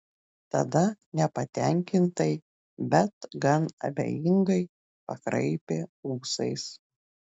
tada nepatenkintai bet gan abejingai pakraipė ūsais